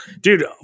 dude